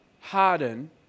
harden